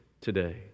today